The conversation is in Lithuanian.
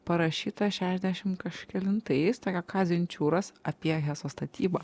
parašyta šešdešim kažkelintais tokio kazio inčiūros apie heso statybą